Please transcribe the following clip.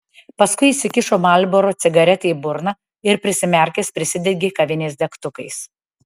paskui įsikišo marlboro cigaretę į burną ir prisimerkęs prisidegė kavinės degtukais